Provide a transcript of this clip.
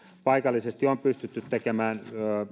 paikallisesti on pystytty tekemään